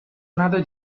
another